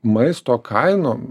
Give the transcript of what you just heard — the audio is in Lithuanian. maisto kainom